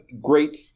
great –